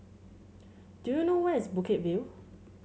do you know where is Bukit View